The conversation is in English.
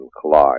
collide